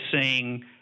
seeing